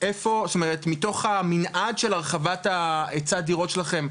מתוך המנעד של הרחבת היצע הדירות שלכם,